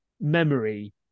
memory